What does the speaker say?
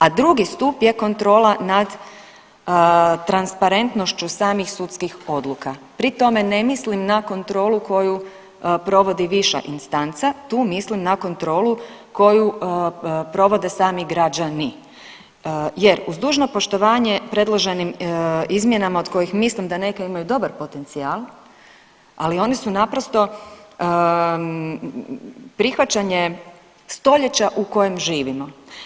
A drugi stup je kontrola nad transparentnošću samih sudskih odluka pri tome ne mislim na kontrolu koju provodi viša instanca, tu mislim na kontrolu koju provode sami građani jer uz dužno poštovanjem predloženim izmjenama od kojih mislim da neke imaju dobar potencijal, ali oni su naprosto prihvaćanje stoljeća u kojem živimo.